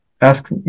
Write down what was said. ask